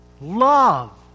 love